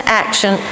action